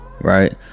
right